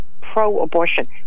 pro-abortion